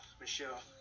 Michelle